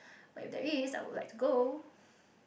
but if there is I would like to go